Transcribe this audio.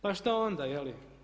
Pa što onda, je li?